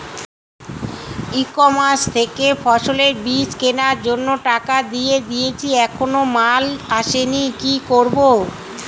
ই commerce থেকে ফসলের বীজ কেনার জন্য টাকা দিয়ে দিয়েছি এখনো মাল আসেনি কি করব?